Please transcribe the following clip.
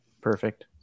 perfect